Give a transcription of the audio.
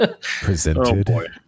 Presented